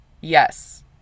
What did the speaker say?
Yes